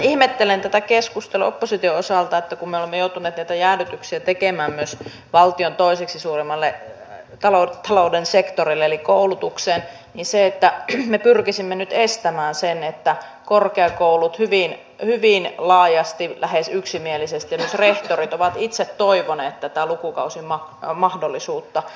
ihmettelen tätä keskustelua opposition osalta että kun me olemme joutuneet näitä jäädytyksiä tekemään myös valtion toiseksi suurimmalle talouden sektorille eli koulutukseen niin me pyrkisimme nyt estämään sen mitä korkeakoulut hyvin laajasti lähes yksimielisesti ja myös rehtorit ovat itse toivoneet